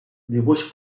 dibuix